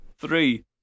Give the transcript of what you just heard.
Three